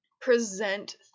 present